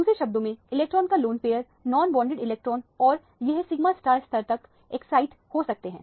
दूसरे शब्दों में इलेक्ट्रॉन का लोन पेयर नॉनबोंडेड इलेक्ट्रॉन और यह सिगमा स्तर तक एक्साइट हो सकते हैं